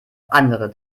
andere